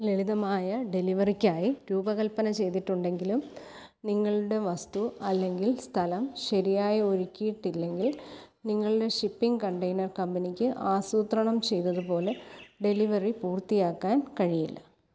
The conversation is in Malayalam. ലളിതമായ ഡെലിവറിക്കായി രൂപകൽപ്പന ചെയ്തിട്ടുണ്ടെങ്കിലും നിങ്ങളുടെ വസ്തു അല്ലെങ്കിൽ സ്ഥലം ശരിയായി ഒരുക്കിയിട്ടില്ലെങ്കിൽ നിങ്ങളുടെ ഷിപ്പിംഗ് കണ്ടെയ്നർ കമ്പനിക്ക് ആസൂത്രണം ചെയ്തതു പോലെ ഡെലിവറി പൂർത്തിയാക്കാൻ കഴിയില്ല